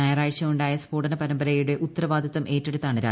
ഞായറാഴ്ച ഉണ്ടായ സ്ഫോടന പരമ്പരയുടെ ഉത്തരവാദിത്തം ഏറ്റെടുത്താണ് രാജി